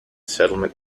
settlement